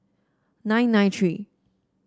nine nine three